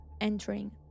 entering